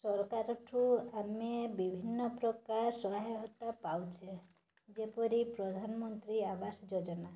ସରକାରଠୁ ଆମେ ବିଭିନ୍ନ ପ୍ରକାର ସହାୟତା ପାଉଛେ ଯେପରି ପ୍ରଧାନମନ୍ତ୍ରୀ ଆବାସ ଯୋଜନା